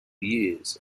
years